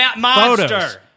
photos